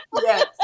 yes